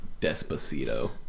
Despacito